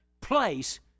place